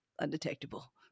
undetectable